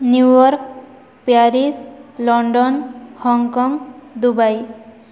New York Paris London Hong Kong Dubai